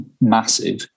massive